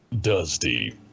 Dusty